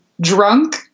drunk